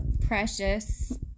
precious